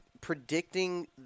predicting